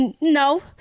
no